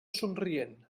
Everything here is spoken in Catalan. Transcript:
somrient